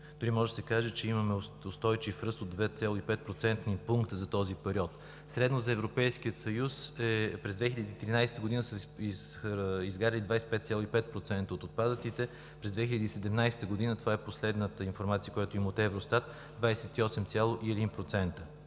Дори може да се каже, че имаме устойчив ръст от 2,5 процентни пункта за този период. Средно за Европейския съюз: през 2013 г. са изгаряни 25,5% от отпадъците, през 2017 г. – последната информация, която имаме от Евростат, 28,1%.